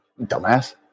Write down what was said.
dumbass